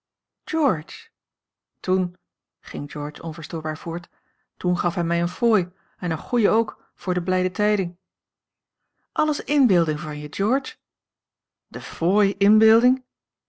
george toen ging george onverstoorbaar voort gaf hij mij een fooi en een goeje ook voor de blijde tijding alles inbeelding van je george de fooi inbeelding